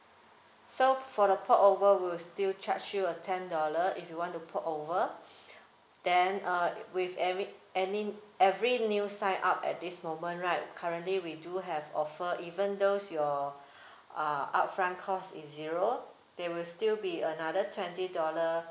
so for the port over will still charge you a ten dollar if you want to port over then uh with ever~ any~ every new sign up at this moment right currently we do have offer even though your uh upfront cost is zero there will still be another twenty dollar